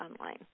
online